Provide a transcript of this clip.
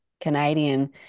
Canadian